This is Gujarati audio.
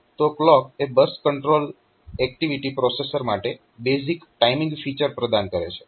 તો ક્લોક એ બસ કંટ્રોલ એક્ટીવિટી પ્રોસેસર માટે બેઝીક ટાઇમિંગ ફિચર પ્રદાન કરે છે